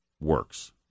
works